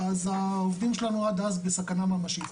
אז העובדים שלנו עד אז בסכנה ממשית.